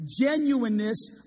genuineness